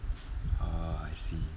ah I see